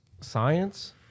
science